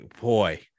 Boy